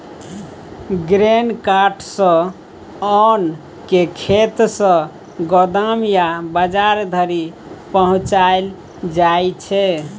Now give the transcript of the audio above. grain cart सँ ओन केँ खेत सँ गोदाम या बजार धरि पहुँचाएल जाइ छै